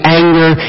anger